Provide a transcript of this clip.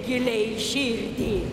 giliai į širdį